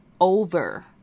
over